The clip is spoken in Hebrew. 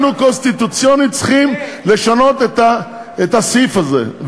אנחנו קונסטיטוציונית צריכים לשנות את הסעיף הזה,